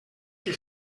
que